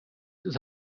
ist